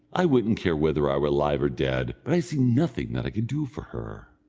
i wouldn't care whether i were alive or dead but i see nothing that i can do for her.